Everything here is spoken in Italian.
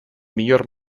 miglior